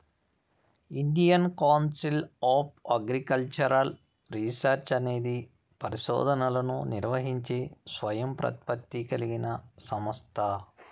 Indian Council of Agricultural Research అనేది పరిశోధనలను నిర్వహించే స్వయం ప్రతిపత్తి కలిగిన సంస్థ